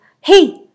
Hey